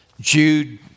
Jude